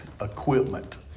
equipment